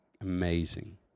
Amazing